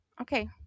okay